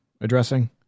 addressing